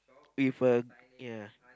with a ya